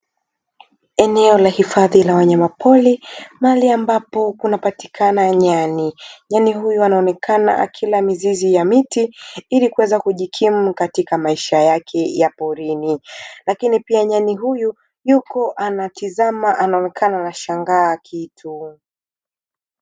Eneo la hifadhi ya wanyamapori mahali ambapo kunapatikana nyani, nyani huyu anaonekana akila mizizi ya miti ili kuweza kujikimu katika maisha yake ya porini, lakini pia nyani huyu yupo anatizama anaonekana anashangaa kitu.